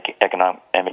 economic